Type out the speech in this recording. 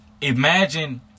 Imagine